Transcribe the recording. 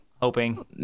hoping